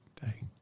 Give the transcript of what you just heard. day